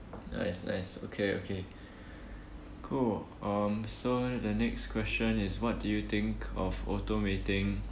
nice nice okay okay cool um so the next question is what do you think of automating